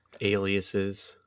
aliases